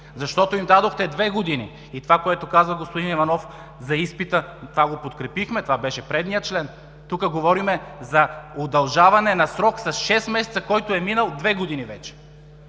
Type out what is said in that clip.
Защото им дадохте две години. Това, което каза господин Иванов за изпита, това го подкрепихме, беше предният член. Тук говорим за удължаване на срок с 6 месеца, който е минал вече две години.